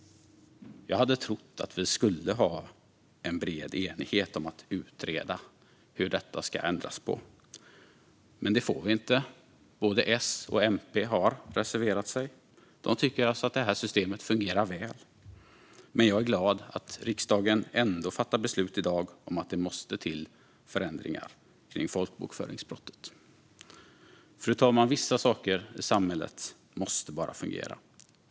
Jag hade trott att vi skulle ha en bred enighet om att utreda hur detta ska ändras på, men det får vi inte. Både S och MP har reserverat sig. De tycker alltså att det här systemet fungerar väl. Jag är glad att riksdagen ändå fattar beslut i dag om att det måste till förändringar kring folkbokföringsbrottet. Fru talman! Vissa saker i samhället måste bara fungera.